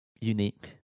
unique